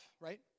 right